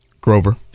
Grover